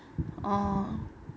orh